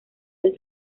del